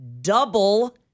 double